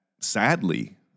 sadly